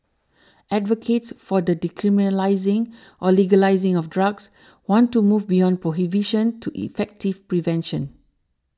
advocates for the decriminalising or legalising of drugs want to move beyond prohibition to effective prevention